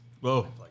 Whoa